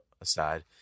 aside